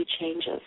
changes